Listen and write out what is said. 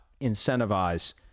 incentivize